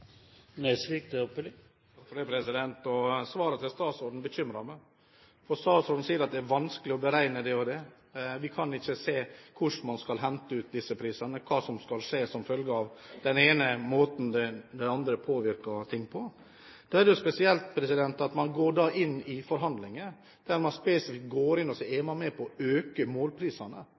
er vanskelig å beregne det og det, og vi kan ikke se hvordan man skal hente ut disse prisene, og hva som skal skje som følge av måten den ene ting påvirker den andre ting på. Da er det jo spesielt at man går inn i forhandlinger der man spesifikt er med på å øke målprisene inn mot denne sektoren. Og så snakker man om at gjennomsnittlig økning bare er på 0,7 pst. Problemet er: Hvis man tar en familie på